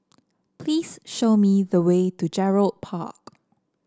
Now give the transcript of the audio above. please show me the way to Gerald Park